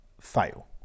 fail